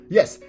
Yes